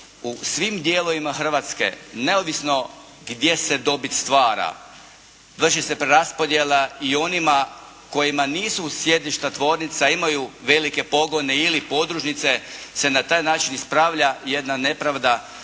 u svim dijelovima Hrvatske, neovisno gdje se dobit stvara, vrši se preraspodjela i onima kojima nisu sjedišta tvornica imaju velike pogone ili podružnice se na taj način ispravlja jedna nepravda